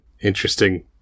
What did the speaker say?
Interesting